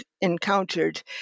encountered